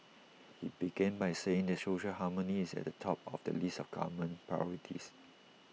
he began by saying that social harmony is at the top of the list of government priorities